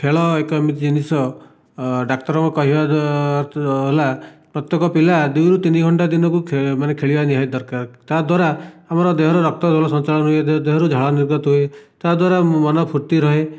ଖେଳ ଏକ ଏମିତି ଜିନିଷ ଡାକ୍ତରଙ୍କ କହିବାର ହେଲା ପ୍ରତ୍ୟକ ପିଲା ଦୁଇରୁ ତିନି ଘଣ୍ଟା ଦିନକୁ ଖେ ମାନେ ଖେଳିବା ନିହାତି ଦରକାର ତା'ଦ୍ଵାରା ଆମର ଦେହର ରକ୍ତ ସଞ୍ଚାଳନ ହୋଇଥାଏ ଦେହରୁ ଝାଳ ନିର୍ଗତ ହୁଏ ତାହା ଦ୍ଵାରା ମନ ଫୁର୍ତ୍ତି ରୁହେ